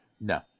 No